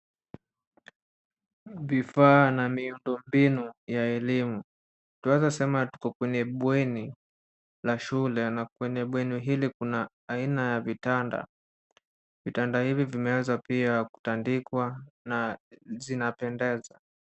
Vifaa na miundo mbinu ya elimu. Twaeza sema tuko kwenye bweni la shule na kwenye bweni hili kuna aina ya vitanda. Vitanda hivi vimeweza pia kutandikwa na zinapendeza.